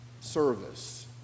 service